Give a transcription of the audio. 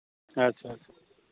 ᱟᱪᱪᱷᱟ ᱟᱪᱪᱷᱟ